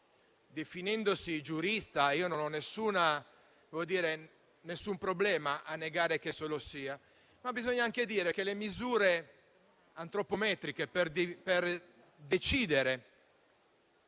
definito giurista - e io non ho nessun problema ad ammettere che lo sia - che bisogna anche dire che le misure antropometriche per decidere